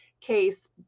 case